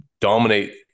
dominate